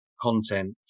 content